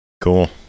Cool